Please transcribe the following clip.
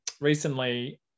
recently